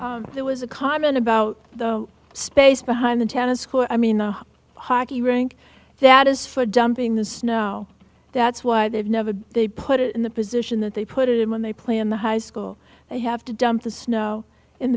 there was a comment about the space behind the tennis court i mean the hockey rink that is for dumping the snow that's why they've never they put it in the position that they put it in when they play in the high school they have to dump the snow in